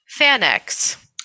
Fanex